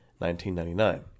1999